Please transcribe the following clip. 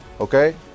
okay